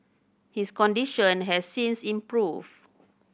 his condition has since improved